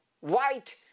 white